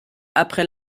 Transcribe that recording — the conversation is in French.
après